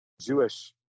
Jewish